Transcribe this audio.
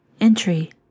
Entry